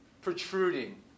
protruding